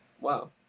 Wow